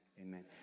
Amen